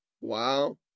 Wow